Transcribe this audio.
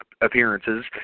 appearances